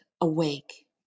awake